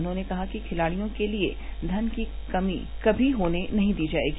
उन्होंने कहा कि खिलाड़ियों के लिए धन की कभी भी कोई कमी नहीं होने दी जाएगी